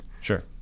Sure